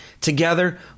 Together